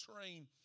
train